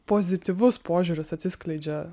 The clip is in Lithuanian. pozityvus požiūris atsiskleidžia